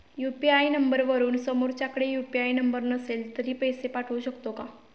UPI नंबरवरून समोरच्याकडे UPI number नसेल तरी पैसे पाठवू शकते का?